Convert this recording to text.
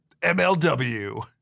MLW